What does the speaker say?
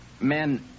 Men